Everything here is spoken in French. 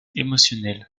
émotionnel